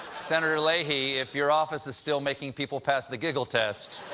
senator leahy, if your office is still making people pass the giggle test,